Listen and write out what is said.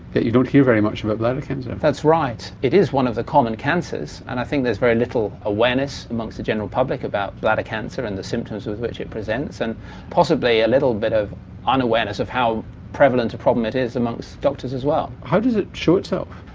but you don't hear very much about bladder cancer? that's right, it is one of the common cancers and i think there's very little awareness amongst the general public about bladder cancer and the symptoms with which it presents and possibly a little bit of unawareness of how prevalent a problem it is amongst doctors as well. how does it show itself?